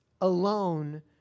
alone